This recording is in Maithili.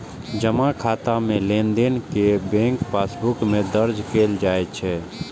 जमा खाता मे लेनदेन कें बैंक पासबुक मे दर्ज कैल जाइ छै